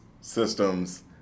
systems